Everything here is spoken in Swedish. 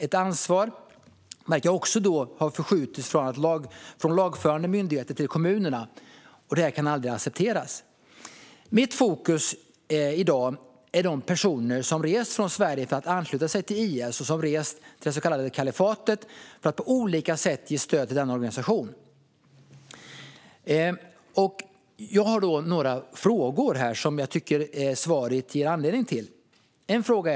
Ett ansvar verkar ha förskjutits från lagförande myndigheter till kommunerna. Det kan aldrig accepteras. I mitt fokus i dag är de personer som rest från Sverige för att ansluta sig till IS, som rest till det så kallade kalifatet för att på olika sätt ge stöd till denna organisation. Jag tycker att svaret ger anledning till några frågor.